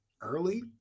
Early